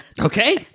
okay